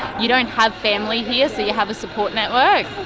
you don't have family here, so you have a support network.